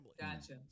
Gotcha